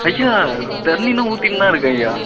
ஐயா தண்ணிலாம் ஊற்றின்னுதான் இருக்கேன்யா